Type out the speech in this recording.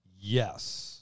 Yes